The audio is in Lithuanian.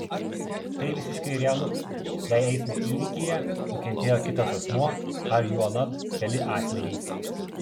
tai visiškai realu jei eismo įvykyje nukentėjo kitas asmuo ar juolab keli asmenys